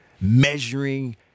measuring